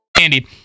Andy